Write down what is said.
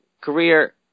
career